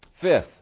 Fifth